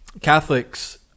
Catholics